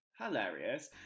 hilarious